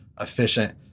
efficient